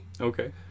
Okay